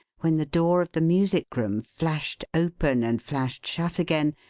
when the door of the music room flashed open and flashed shut again,